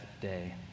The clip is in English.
day